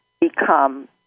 become